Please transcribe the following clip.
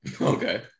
Okay